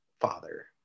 father